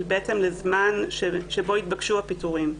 בעצם לזמן שהו התבקשו הפיטורים.